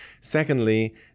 Secondly